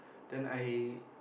then I